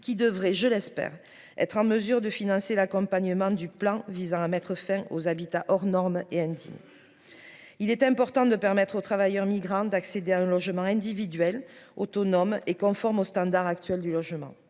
qui devrait, je l'espère être en mesure de financer l'accompagnement du plan visant à mettre fin aux habitats hors norme et indigne, il est important de permettre aux travailleurs migrants d'accéder à un logement individuel autonome et conforme aux standards actuels du logement